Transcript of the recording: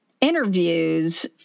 interviews